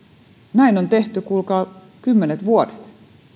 näin on tehty kuulkaa kymmenet vuodet